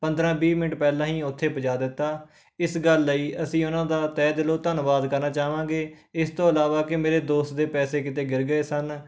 ਪੰਦਰਾਂ ਵੀਹ ਮਿੰਟ ਪਹਿਲਾਂ ਹੀ ਉੱਥੇ ਪੁੱਜਾ ਦਿੱਤਾ ਇਸ ਗੱਲ ਲਈ ਅਸੀਂ ਉਨ੍ਹਾਂ ਦਾ ਤਹਿ ਦਿਲੋਂ ਧੰਨਵਾਦ ਕਰਨਾ ਚਾਵਾਂਗੇ ਇਸ ਤੋਂ ਇਲਾਵਾ ਕਿ ਮੇਰੇ ਦੋਸਤ ਦੇ ਪੈਸੇ ਕਿਤੇ ਗਿਰ ਗਏ ਸਨ